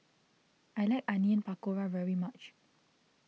I like Onion Pakora very much